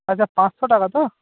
আচ্ছা পাঁচশো টাকা তো